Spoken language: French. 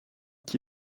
qui